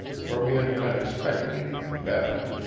for we hadn't been expecting anything better.